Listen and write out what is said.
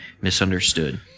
misunderstood